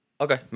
Okay